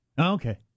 Okay